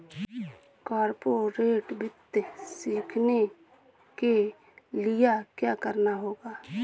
corporate वित्त सीखने के लिया क्या करना होगा